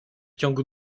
ciągu